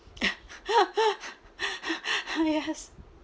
yes